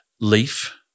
leaf